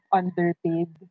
underpaid